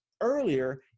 earlier